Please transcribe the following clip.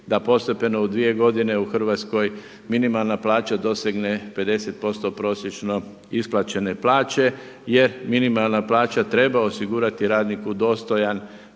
da postepeno u 2 godine u Hrvatskoj minimalna plaća dosegne 50% prosječno isplaćene plaće. Jer minimalna plaća treba osigurati radniku dostojan